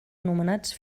anomenats